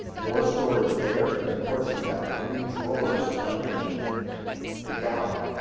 more storage there, and of course, you've got three drawers underneath the galley.